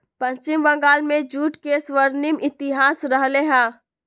पश्चिम बंगाल में जूट के स्वर्णिम इतिहास रहले है